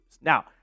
Now